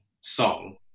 song